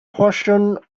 portion